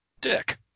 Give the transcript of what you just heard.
dick